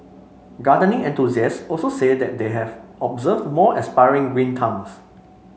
gardening enthusiasts also say that they have observed more aspiring green thumbs